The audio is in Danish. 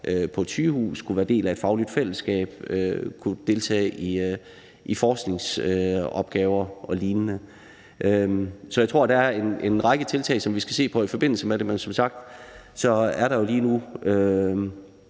på et sygehus og være en del af et fagligt fællesskab og deltage i forskningsopgaver og lignende. Så jeg tror, at der er en række tiltag, som vi skal se på i forbindelse med det. Men som sagt er der nu